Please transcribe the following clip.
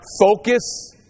focus